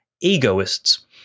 egoists